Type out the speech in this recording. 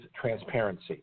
transparency